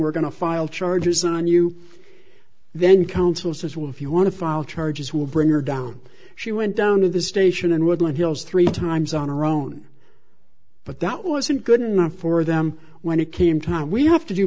we're going to file charges on you then counsel says well if you want to file charges will bring her down she went down to the station and woodland hills three times on her own but that wasn't good enough for them when it came time we have to do